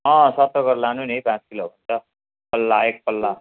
अँ सत्तर गरेर लानु नि पाँच किलो हुन्छ पल्ला एक पल्ला